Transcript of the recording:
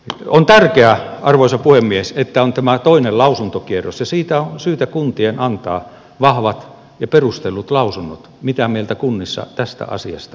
on tärkeää arvoisa puhemies että on tämä toinen lausuntokierros ja siitä on syytä kuntien antaa vahvat ja perustellut lausunnot mitä mieltä kunnissa tästä asiasta ollaan